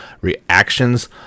reactions